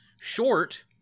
short